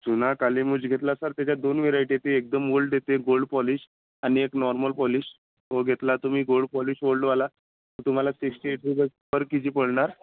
जुना कालीमूछ घेतला तर त्याच्यात दोन व्हेरायटी येतील एकदम ओल्ड येतील गोल्ड पॉलिश आणि एक नॉर्मल पॉलिश तो घेतला तुम्ही गोल्ड पॉलिश ओल्डवाला तर तुम्हाला sixty eight rupee per K G पडणार